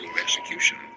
execution